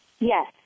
Yes